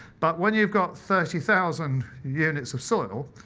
but when you've got thirty thousand units of soil,